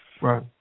Right